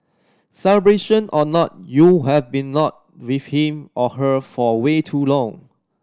celebration or not you have been not with him or her for way too long